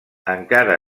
encara